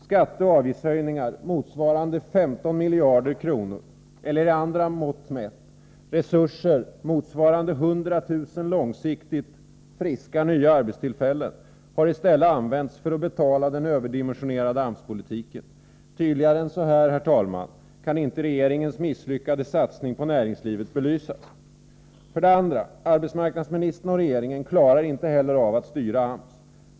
Skatteoch avgiftshöjningar motsvarande 15 miljarder kronor, eller i andra mått mätt resurser motsvarande 100 000 långsiktiga nya arbetstillfällen, har använts för att betala den överdimensionerade AMS-politiken. Tydligare än så här, herr talman, kan inte regeringens misslyckade satsning på näringslivet belysas. 2. Arbetsmarknadsministern och regeringen klarar inte heller att styra AMS.